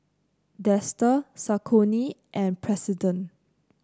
Dester Saucony and President